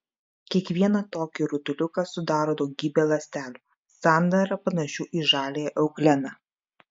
kiekvieną tokį rutuliuką sudaro daugybė ląstelių sandara panašių į žaliąją eugleną